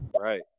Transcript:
Right